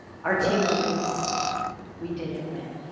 our team wasn't called we didn't win.